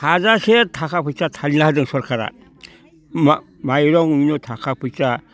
हाजासे थाखा फैसा धालिना होदों सोरखारा माइरं थाखा फैसा